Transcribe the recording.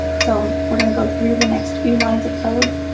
so we're going to go through the next few lines of code.